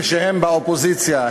כשהם באופוזיציה,